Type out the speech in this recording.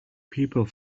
people